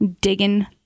Digging